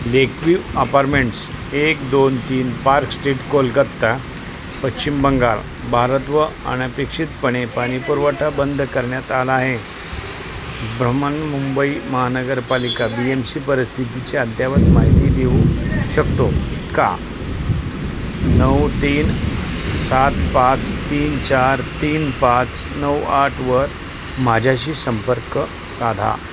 लेक view apartments एक दोन तीन पार्क स्ट्रीट कोलकत्ता पश्चिम बंगाल भारतवर अनपेक्षितपणे पाणीपुरवठा बंद करण्यात आला आहे भ्रमण मुंबई महानगरपालिका बी एम सी परिस्थितीचे अद्ययावत माहिती देऊ शकतो का नऊ तीन सात पाच तीन चार तीन पाच नऊ आठवर माझ्याशी संपर्क साधा